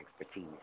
Expertise